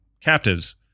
captives